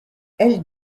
elle